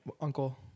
uncle